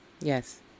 Yes